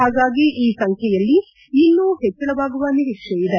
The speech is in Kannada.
ಹಾಗಾಗಿ ಈ ಸಂಖ್ಯೆಯಲ್ಲಿ ಇನ್ನೂ ಹೆಚ್ಚಳವಾಗುವ ನಿರೀಕ್ಷೆಯಿದೆ